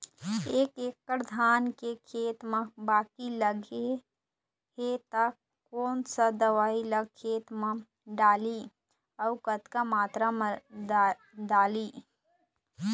एक एकड़ धान के खेत मा बाकी लगे हे ता कोन सा दवई ला खेत मा डारी अऊ कतक मात्रा मा दारी?